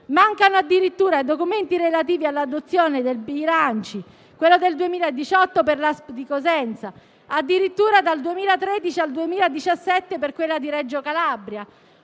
Mancano i documenti relativi all'adozione dei bilanci: quello del 2018 per l'ASP di Cosenza e addirittura dal 2013 al 2017 per quella di Reggio Calabria.